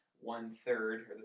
one-third